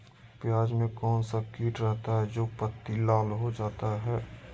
प्याज में कौन सा किट रहता है? जो पत्ती लाल हो जाता हैं